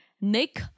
Nick